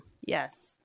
Yes